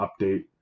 update